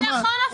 מה נכון?